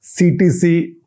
CTC